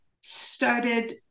started